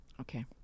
Okay